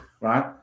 right